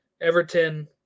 Everton